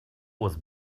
was